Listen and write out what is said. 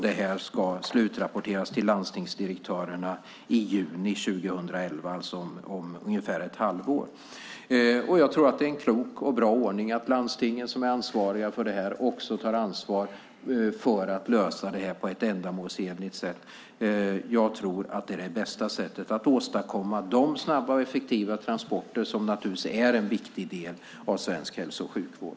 Det här ska slutrapporteras till landstingsdirektörerna i juni 2011, om ungefär ett halvår. Jag tror att det är en klok och bra ordning att landstingen som är ansvariga för detta också tar ansvar för att lösa detta på ett ändamålsenligt sätt. Jag tror att det är det bästa sättet att åstadkomma de snabba och effektiva transporter som naturligtvis är en viktig del av svensk hälso och sjukvård.